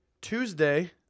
Tuesday